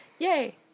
Yay